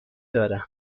دارم